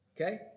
Okay